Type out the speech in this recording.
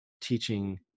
teaching